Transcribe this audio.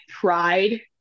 pride